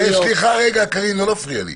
סליחה רגע, קארין, לא להפריע לי.